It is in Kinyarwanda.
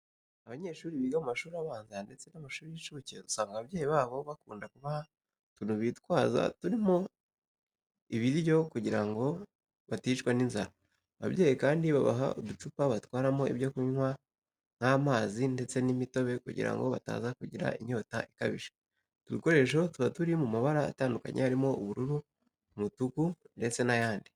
Abanyeshuri biga mu mashuri abanza, ndetse na mashuri y'incuke, usanga ababyeyi babo bakunda kubaha utuntu bitwaza turimo ibiryo kugira ngo baticwa n'inzara, ababyeyi kandi babaha uducupa batwaramo ibyo kunywa nk'amazi, ndetse n'imitobe kugira ngo bataza kugira inyota ikabije. Utu dukoresho tuba turi mu mabara atandukanye, harimo ubururu, umutuku, ndetse n'ayandi.